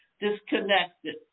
disconnected